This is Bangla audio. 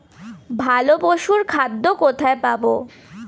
ভালো পশুর খাদ্য কোথায় পাবো?